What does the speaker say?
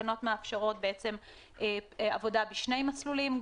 התקנות מאפשרות עבודה בשני מסלולים,